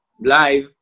live